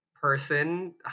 person